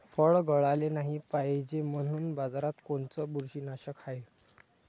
फळं गळाले नाही पायजे म्हनून बाजारात कोनचं बुरशीनाशक हाय?